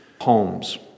homes